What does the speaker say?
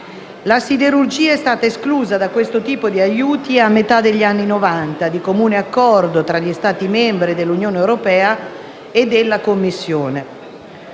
La siderurgia è stata esclusa da questo tipo di aiuti a metà degli anni Novanta, di comune accordo tra gli Stati membri dell'Unione europea e della Commissione.